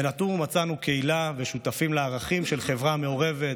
בנטור מצאנו קהילה ושותפים לערכים של חברה מעורבת,